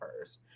first